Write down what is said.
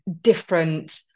different